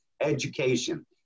education